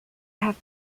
have